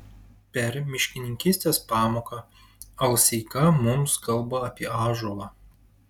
per miškininkystės pamoką alseika mums kalba apie ąžuolą